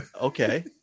Okay